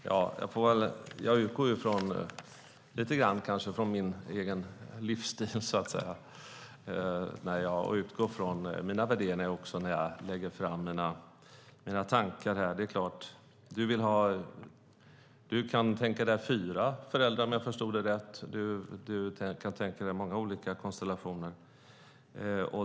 Herr talman! Jag utgår lite grann från min egen livsstil och från mina värderingar när jag lägger fram mina tankar här. Det är klart. Du kan tänka dig fyra föräldrar, om jag förstod dig rätt, och du kan tänka dig många olika konstellationer.